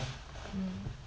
mm